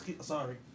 sorry